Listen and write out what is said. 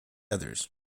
others